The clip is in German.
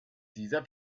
dieser